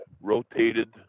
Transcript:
rotated